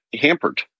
hampered